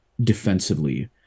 defensively